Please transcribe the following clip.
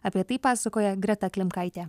apie tai pasakoja greta klimkaitė